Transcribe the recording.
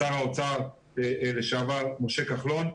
שר האוצר לשעבר משה כחלון,